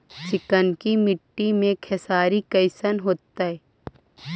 चिकनकी मट्टी मे खेसारी कैसन होतै?